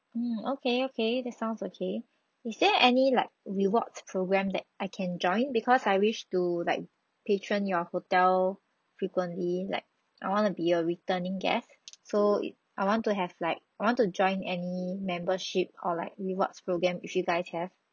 mm okay okay that sounds okay is there any like rewards program that I can join because I wish to like patron your hotel frequently like I wanna be a returning guest so I want to have like I want to join any membership or like rewards program if you guys have